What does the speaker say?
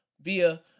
via